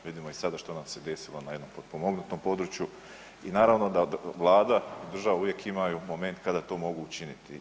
Vidimo i sada što nam se desilo na jednom potpomognutom području i naravno da Vlada, država uvijek imaju moment kada to mogu učiniti.